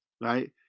right